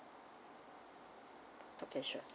okay sure